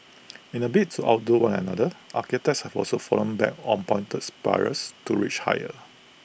in A bid to outdo one another architects have also fallen back on pointed spires to reach higher